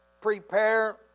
Prepare